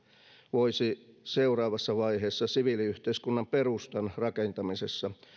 voisi seuraavassa vaiheessa siviiliyhteiskunnan perustan rakentamisessa